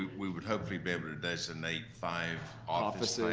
we would hopefully be able to designate five office ah